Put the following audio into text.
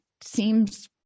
seems